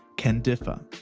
can differ.